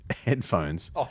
headphones